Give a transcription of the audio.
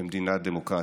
במדינה דמוקרטית.